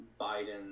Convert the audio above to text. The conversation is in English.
Biden